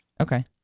Okay